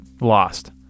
lost